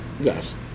Yes